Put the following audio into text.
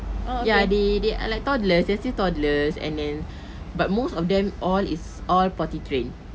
ya they they are like toddlers they are still toddlers and then but most of them all is all potty trained